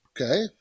Okay